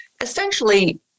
essentially